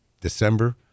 December